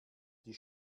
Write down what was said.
die